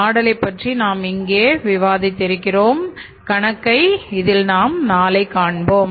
மாடலைப்பற்றி மட்டும் நாம் இங்கே விவாதித்திருக்கிறோம்